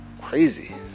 Crazy